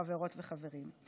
חברות וחברים.